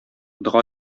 дога